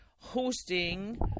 hosting